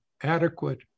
adequate